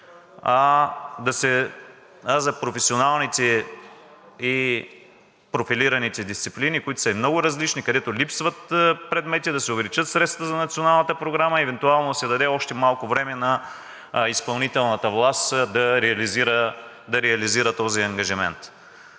а за професионалните и профилираните дисциплини, които са и много различни, където липсват предмети, да се увеличат средствата за националната програма и евентуално да се даде още малко време на изпълнителната власт да реализира този ангажимент